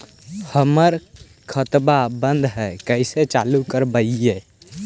हमर खतवा बंद है कैसे चालु करवाई?